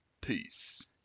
Peace